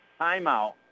timeout